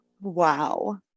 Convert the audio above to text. Wow